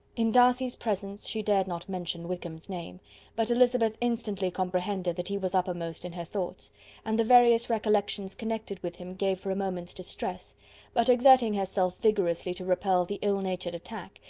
in darcy's presence she dared not mention wickham's name but elizabeth instantly comprehended that he was uppermost in her thoughts and the various recollections connected with him gave her a moment's distress but exerting herself vigorously to repel the ill-natured attack,